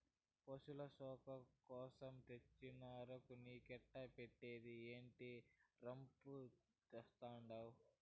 పశుల పోసణ కోసరం తెచ్చిన అగరు నీకెట్టా పెట్టేది, ఏందీ రంపు చేత్తండావు